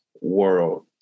world